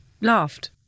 laughed